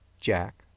Jack